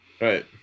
Right